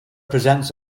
presents